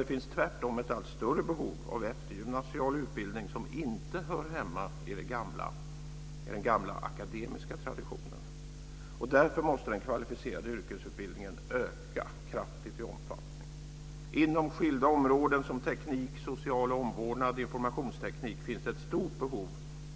Det finns tvärtom ett allt större behov av eftergymnasial utbildning som inte hör hemma i den gamla akademiska traditionen. Därför måste den kvalificerade yrkesutbildningen öka kraftigt i omfattning. Inom skilda områden som teknik, social omvårdnad och informationsteknik finns det ett stort behov